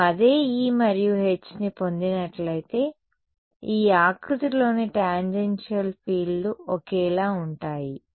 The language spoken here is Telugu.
నేను అదే E మరియు Hని పొందినట్లయితే ఈ ఆకృతిలోని టాంజెన్షియల్ ఫీల్డ్లు ఒకేలా ఉంటాయి